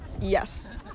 Yes